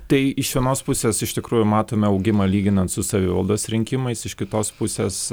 tai iš vienos pusės iš tikrųjų matome augimą lyginant su savivaldos rinkimais iš kitos pusės